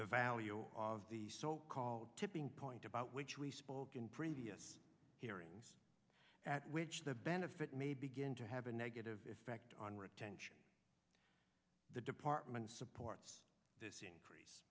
the value of the so called tipping point about which we spoke in previous hearings at which the benefit may begin to have a negative effect on our attention the department supports this increase